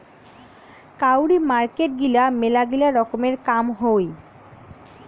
কাউরি মার্কেট গিলা মেলাগিলা রকমের কাম হই